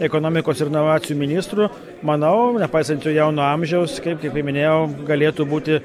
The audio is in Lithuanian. ekonomikos ir inovacijų ministru manau nepaisant jo jauno amžiaus kaip tiktai minėjau galėtų būti